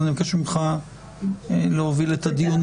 אז אני מבקש ממך להוביל את הדיון,